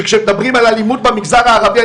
שכשמדברים על אלימות במגזר הערבי,